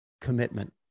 commitment